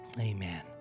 amen